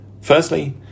Firstly